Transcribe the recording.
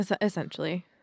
Essentially